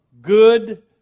good